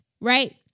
Right